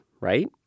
right